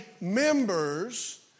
members